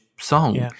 song